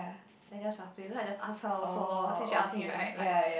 then just harping then I ask her also lor since she ask me right like